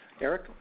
Eric